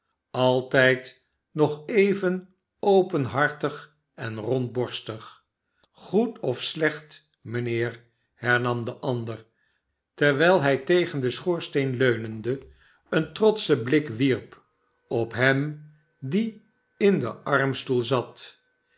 altijd nog even openhartig en ron dborstig goed of slecht mijnheer hernam de ander terwijl hij tegen den schoorsteen leunende een trotschen blik wierp op hem die in den armstoel zat